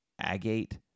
agate